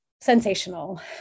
sensational